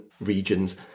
regions